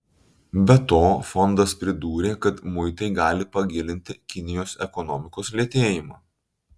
be to fondas pridūrė kad muitai gali pagilinti kinijos ekonomikos lėtėjimą